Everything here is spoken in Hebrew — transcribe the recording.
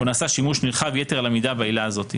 בו נעשה שימוש נרחב יתר על המידה בעילה זו.